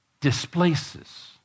displaces